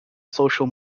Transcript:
social